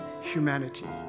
humanity